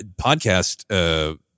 podcast